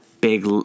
big